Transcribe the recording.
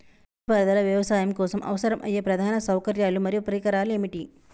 నీటిపారుదల వ్యవసాయం కోసం అవసరమయ్యే ప్రధాన సౌకర్యాలు మరియు పరికరాలు ఏమిటి?